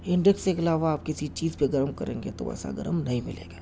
induction کے علاوہ آپ کسی چیز پہ گرم کریں گے تو وہ ایسا گرم نہیں ملے گا